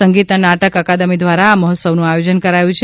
સંગીત નાટક અકાદમી દ્વારા આ મહોત્સવનું આયોજન કરાયું છે